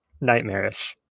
nightmarish